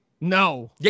No